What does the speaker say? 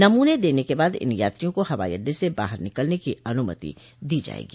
नमूने देने के बाद इन यात्रियों को हवाई अड्डे से बाहर निकलने की अनुमति दी जायेगी